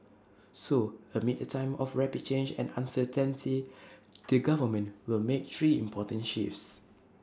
so amid A time of rapid change and the government will make three important shifts